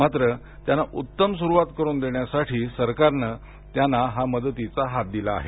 तथापि त्यांना उत्तम स्रुवात करून देण्यासाठी सरकारने त्यांना हा मदतीचा हात दिला आहे